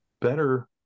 Better